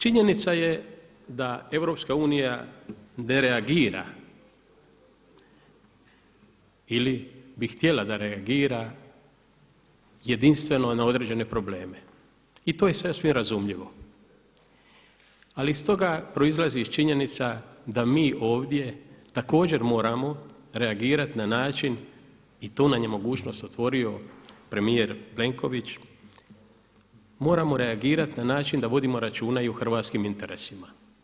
Činjenica je da EU ne reagira ili bi htjela da reagira jedinstveno na određene probleme i to je sve razumljivo, ali iz toga proizlazi činjenica da mi ovdje također moramo reagirati na način i tu nam je mogućnost otvorio premijer Plenković, moramo reagirati na način da vodimo računa i o hrvatskim interesima.